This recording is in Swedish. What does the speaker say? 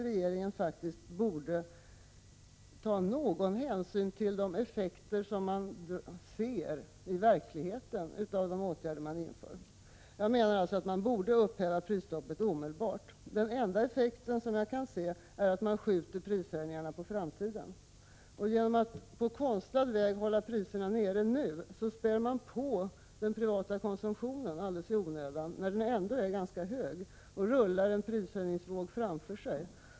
Regeringen borde ta någon hänsyn till de effekter man ser i verkligheten av de åtgärder man inför. Prisstoppet borde alltså upphävas omedelbart. Den enda effekt jag kan se är att man skjuter prishöjningarna på framtiden. Genom att på konstlad väg hålla priserna nere nu spär man på den privata konsumtionen alldeles i onödan, när den ändå är ganska hög, och rullar en prishöjningsvåg framför sig.